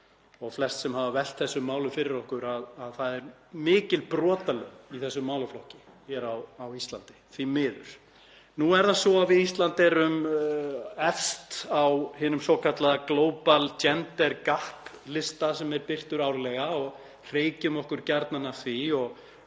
og flest sem hafa velt þessum málum fyrir sér að það er mikil brotalöm í þessum málaflokki hér á Íslandi, því miður. Nú er það svo að við Íslendingar erum efst á hinum svokallaða Global Gender Gap-lista, sem er birtur árlega, og hreykjum okkur gjarnan af því og